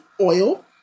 oil